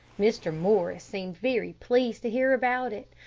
mr. morris seemed very pleased to hear about it,